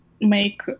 make